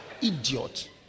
Idiot